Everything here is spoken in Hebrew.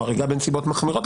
או הריגה בנסיבות מחמירות,